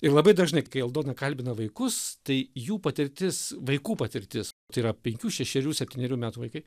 ir labai dažnai kai aldona kalbina vaikus tai jų patirtis vaikų patirtis tai yra penkių šešerių septynerių metų vaikai